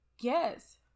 Yes